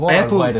apple